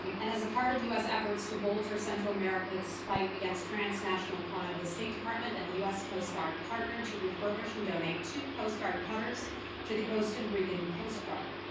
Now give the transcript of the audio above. and and as a part of u s. efforts to bolster central america's fight against transnational crime, the state department and the u s. coast guard partnered to refurbish and donate two coast guard cutters to the costa and rican coast guard.